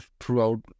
throughout